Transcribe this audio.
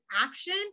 action